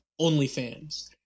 OnlyFans